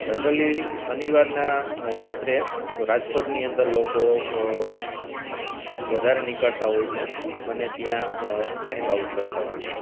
generally શનિવારના રાત્રે તો રાજકોટની અંદર લોકો વધારે નીકળતા હોય છે અને ત્યાં હેંગઆઉટ કરતા હોય છે